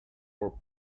for